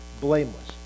blameless